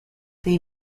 they